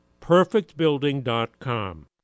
Perfectbuilding.com